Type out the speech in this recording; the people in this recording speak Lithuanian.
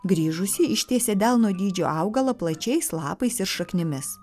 grįžusi ištiesė delno dydžio augalą plačiais lapais ir šaknimis